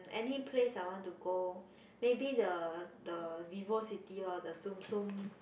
any place I want to go maybe the the Vivocity lor the Tsum Tsum